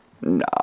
No